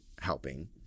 helping